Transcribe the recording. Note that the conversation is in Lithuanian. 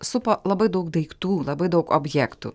supo labai daug daiktų labai daug objektų